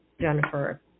Jennifer